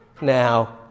now